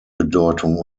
bedeutung